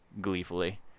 gleefully